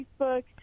Facebook